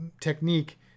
technique